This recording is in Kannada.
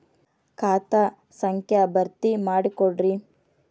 ಖಾತಾ ಸಂಖ್ಯಾ ಭರ್ತಿ ಮಾಡಿಕೊಡ್ರಿ